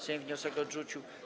Sejm wniosek odrzucił.